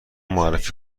معرفی